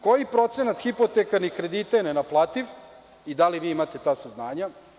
Koji procenat hipotekarnih kredita je nenaplativ i da li vi imate ta saznanja?